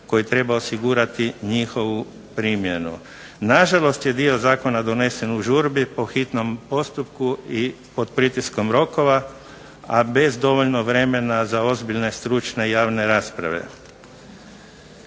koji treba osigurati njihovu primjenu. Na žalost je dio zakona donesen u žurbi, po hitnom postupku, i pod pritiskom rokova, a bez dovoljno vremena za ozbiljne, stručne i javne rasprave.